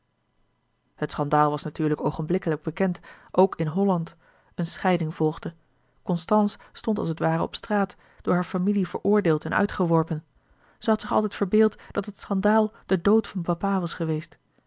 het schandaal was natuurlijk oogenblikkelijk bekend ook in holland een scheiding volgde constance stond als het ware op straat door hare familie veroordeeld en uitgeworpen zij had zich altijd verbeeld dat het schandaal den dood van papa was geweest